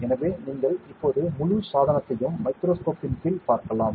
எனவே நீங்கள் இப்போது முழு சாதனத்தையும் மைக்ரோஸ்கோப்பின் கீழ் பார்க்கலாம்